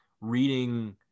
reading